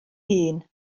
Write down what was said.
hun